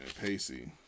Pacey